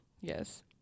Yes